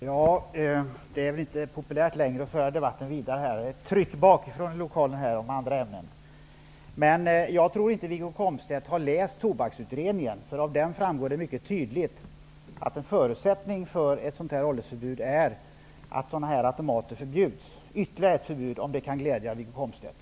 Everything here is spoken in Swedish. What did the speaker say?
Fru talman! Det var precis vad som var att vänta av företrädarna för nämnda linje. Det riktigt lyste i Berndt Ekholms ögon när han talade om att även automaterna skall försvinna.